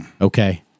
Okay